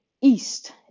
East